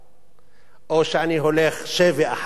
או שאני הולך שבי אחרי הרטוריקה,